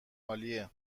عالیه